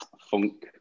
Funk